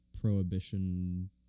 prohibition